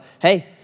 hey